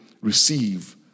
receive